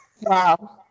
Wow